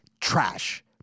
trash